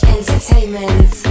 Entertainment